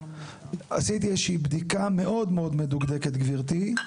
עשיתי איזה שהיא בדיקה מאוד מאוד מדוקדקת גברתי.